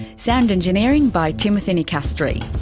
sound engineering by timothy nicastri.